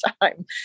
time